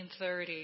1930